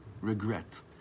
regret